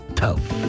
tough